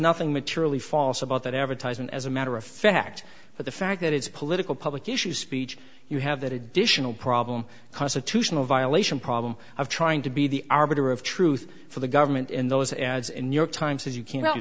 nothing materially false about that advertisement as a matter of fact but the fact that it's a political public issue speech you have that additional problem constitutional violation problem of trying to be the arbiter of truth for the government in those ads in new york times is you cannot